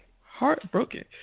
Heartbroken